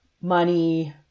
money